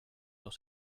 dans